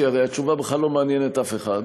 כי הרי התשובה בכלל לא מעניינת אף אחד,